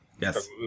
Yes